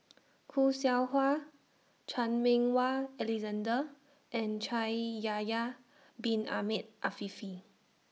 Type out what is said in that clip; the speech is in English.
Khoo Seow Hwa Chan Meng Wah Alexander and Shaikh Yahya Bin Ahmed Afifi